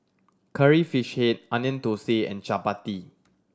Curry Fish Head Onion Thosai and chappati